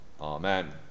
Amen